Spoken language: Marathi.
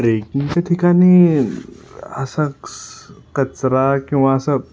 ट्रेकिंगच्या ठिकाणी असा कस् कचरा किंवा असं